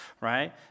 right